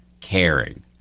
caring